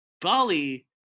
Bali